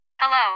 Hello